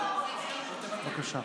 בבקשה.